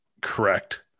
correct